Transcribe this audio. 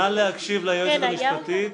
נא להקשיב ליועצת המשפטית.